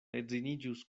edziniĝus